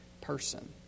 person